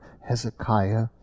Hezekiah